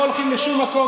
אנחנו לא הולכים לשום מקום.